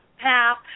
half